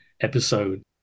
episode